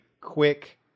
quick